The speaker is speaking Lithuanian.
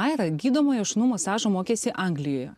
aira gydomojo šunų masažo mokėsi anglijoje